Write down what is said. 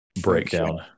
breakdown